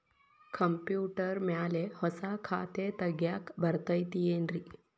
Computer ಮ್ಯಾಲೆ ಹೊಸಾ ಖಾತೆ ತಗ್ಯಾಕ್ ಬರತೈತಿ ಏನ್ರಿ?